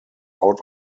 out